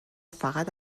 فقط